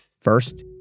First